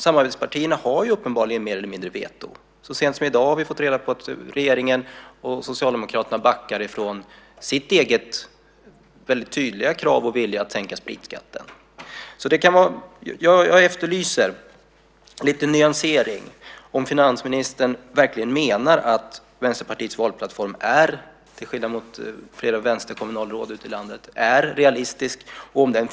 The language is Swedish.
Samarbetspartierna har ju uppenbarligen mer eller mindre veto. Så sent som i dag har vi fått reda på att regeringen och Socialdemokraterna backar från sitt eget väldigt tydliga krav och vilja att sänka spritskatten. Jag efterlyser lite nyansering. Menar finansministern verkligen, till skillnad mot flera vänsterkommunalråd ute i landet, att Vänsterpartiets valplattform är realistisk?